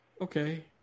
okay